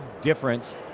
difference